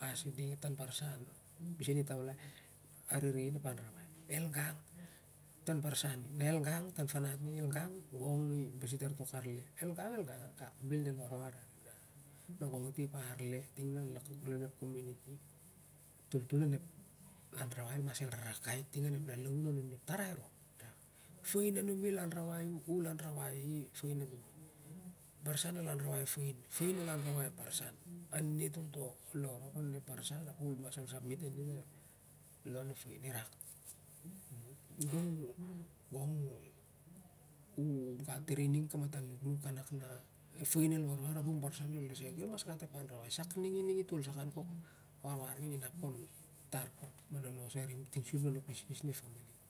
oh as i ding tanbarsan oh bisen i tanlai oh arere i onep antawai el gang tanbarsan el gang tan fanat ning el gang gong i basi tar tok arle el gang el gang akak bel del warai i ma gong ah ti ep farte ariu ting ahu lon ep cominity. Ep toltol onep anrawai el mas rarakai ting onep lalaun ane tarai rop. Fain ah nunel aurawai hu, uhl an ra wai ep fain ah numi. Barsan ol an rawai ep fain, fain ol an rowai ep bersan aminit one lon nun ep barsan.